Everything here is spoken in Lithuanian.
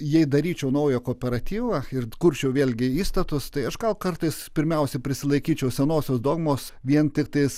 jei daryčiau naują kooperatyvą ir kurčiau vėlgi įstatus tai aš gal kartais pirmiausia prisilaikyčiau senosios dogmos vien tiktai